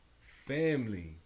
Family